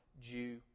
Jew